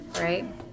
right